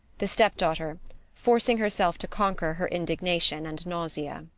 the step-daughter forcing herself to conquer her indignation and nausea.